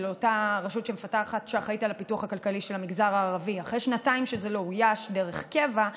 אותה רשות שאחראית לפיתוח הכלכלי של המגזר הערבי לא אויש דרך קבע,